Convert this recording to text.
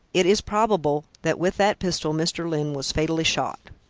it is probable that with that pistol mr. lyne was fatally shot.